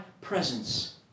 presence